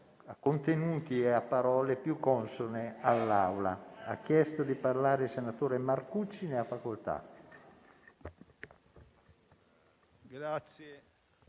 Grazie